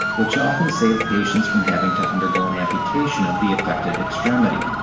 which often saved patients from having to undergo an amputation of the affected extremity.